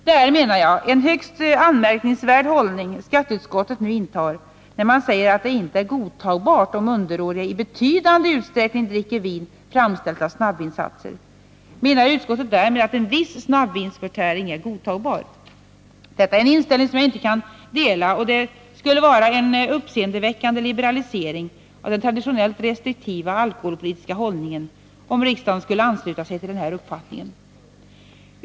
Det är, menar jag, en högst anmärkningsvärd hållning skatteutskottet nu intar när man säger att det inte är godtagbart att underåriga i betydande utsträckning dricker vin, framställt av snabbvinsatser. Menar utskottet därmed att en viss snabbvinsförtäring är godtagbar? Detta är en inställning som jag inte kan dela, och det skulle vara en uppseendeväckande liberalisering av den traditionellt restriktiva alkoholpolitiska hållningen om riksdagen skulle ansluta sig till denna uppfattning.